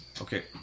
okay